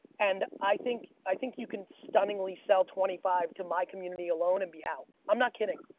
and i think i think you can stunningly sell twenty five to my community alone and be out. i'm not kidding.